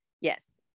Yes